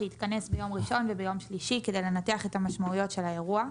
שהתכנס ביום ראשון וביום שלישי כדי לנתח את המשמעויות של האירוע.